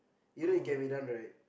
you know it can be done right